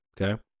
Okay